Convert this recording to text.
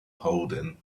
holding